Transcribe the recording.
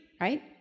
right